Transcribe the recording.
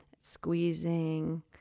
squeezing